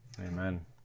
Amen